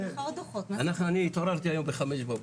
אני התעוררתי בחמש בבוקר,